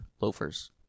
loafers